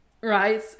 Right